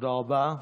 תודה רבה.